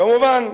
כמובן,